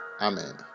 Amen